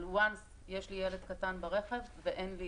אבל ברגע שיש לי ילד קטן ברכב ואין לי